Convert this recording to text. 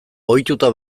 ohituta